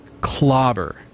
clobber